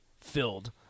filled